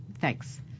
Thanks